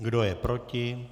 Kdo je proti?